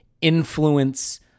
influence